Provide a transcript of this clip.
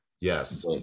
Yes